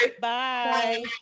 Bye